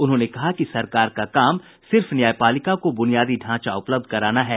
उन्होंने कहा कि सरकार का काम सिर्फ न्यायपालिक को बुनियादी ढांचा उपलब्ध कराना है